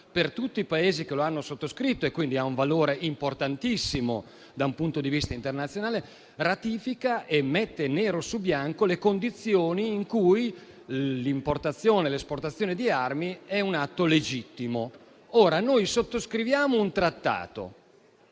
per tutti i Paesi che lo hanno sottoscritto (e quindi ha un valore importantissimo da un punto di vista internazionale), e mette nero su bianco le condizioni in cui l'importazione e l'esportazione di armi si configurano come un atto legittimo. Pertanto, abbiamo sottoscritto un trattato